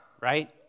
right